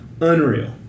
unreal